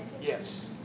Yes